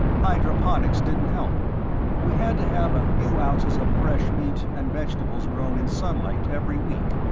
hydroponics didn't help we had to have a few ounces of fresh meat and vegetables grown in sunlight every week,